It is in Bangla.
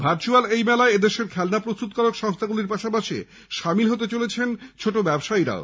ভার্চুয়াল এই মেলায় এদেশের খেলনা প্রস্তুতকারক সংস্থাগুলির পাশাপাশি সামিল হতে চলেছেন ছোট ব্যবসায়ীরাও